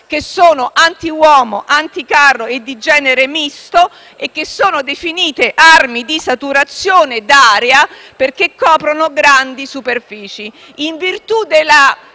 che sono antiuomo, anticarro e di genere misto e sono definite come armi di saturazione d'area perché coprono grandi superfici.